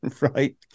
Right